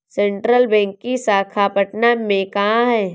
Central bank की शाखा पटना में कहाँ है?